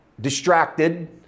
distracted